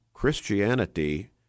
Christianity